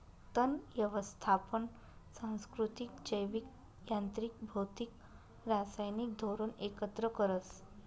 तण यवस्थापन सांस्कृतिक, जैविक, यांत्रिक, भौतिक, रासायनिक धोरण एकत्र करस